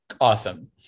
Awesome